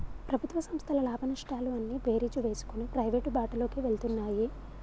ప్రభుత్వ సంస్థల లాభనష్టాలు అన్నీ బేరీజు వేసుకొని ప్రైవేటు బాటలోకి వెళ్తున్నాయి